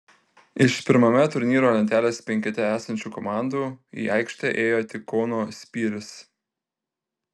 iš pirmame turnyro lentelės penkete esančių komandų į aikštę ėjo tik kauno spyris